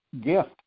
gift